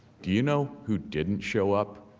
do you know who didn't show up?